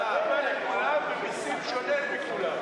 אני לא הייתי רוצה שהעשירים והעניים יקבלו את אותה הטבה,